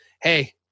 hey